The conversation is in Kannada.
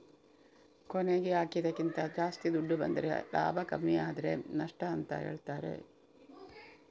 ಕೊನೆಗೆ ಹಾಕಿದ್ದಕ್ಕಿಂತ ಜಾಸ್ತಿ ದುಡ್ಡು ಬಂದ್ರೆ ಲಾಭ ಕಮ್ಮಿ ಆದ್ರೆ ನಷ್ಟ ಅಂತ ಹೇಳ್ತಾರೆ